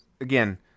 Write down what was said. again